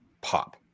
pop